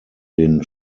den